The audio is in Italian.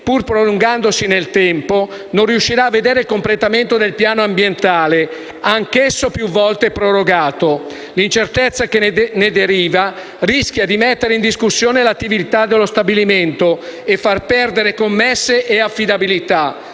pur prolungandosi nel tempo, non riuscirà a vedere il completamento del piano ambientale, anch'esso più volte prorogato. L'incertezza che ne deriva rischia di mettere in discussione l'attività dello stabilimento e di far perdere commesse e affidabilità.